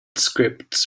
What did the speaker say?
scripts